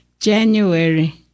January